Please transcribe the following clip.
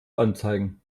anzeigen